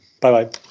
Bye-bye